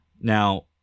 Now